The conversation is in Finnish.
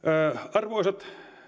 arvoisat